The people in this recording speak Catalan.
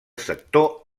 sector